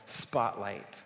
spotlight